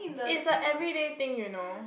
it's a everyday thing you know